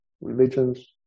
religions